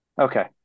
okay